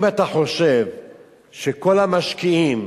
אם אתה חושב שכל המשקיעים